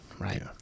right